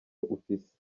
ufise